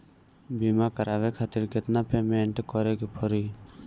बीमा करावे खातिर केतना पेमेंट करे के पड़ी?